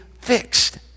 fixed